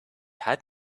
had